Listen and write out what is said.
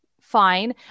fine